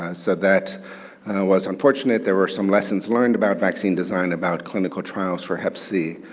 ah so that was unfortunate, there were some lessons learned about vaccine design, about clinical trials for hep c.